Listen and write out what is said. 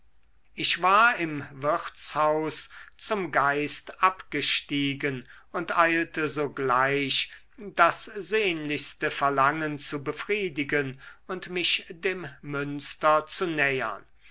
ich war im wirtshaus zum geist abgestiegen und eilte sogleich das sehnlichste verlangen zu befriedigen und mich dem münster zu nähern